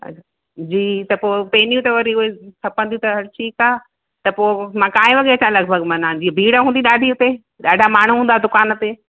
अ जी त पोइ पेनियूं त वरी उहे खपंदियूं त हल ठीकु आहे त पोइ मां काएं वॻे अचां लॻभॻि मन जीअं भीड़ हुंदी ॾाढी हुते ॾाढा माण्हू हुंदा दुकानु ते